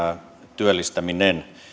työllistäminen